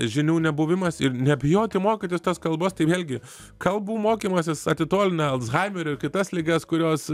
žinių nebuvimas ir nebijoti mokytis tos kalbos tai vėlgi kalbų mokymasis atitolina alzhaimerio ir kitas ligas kurios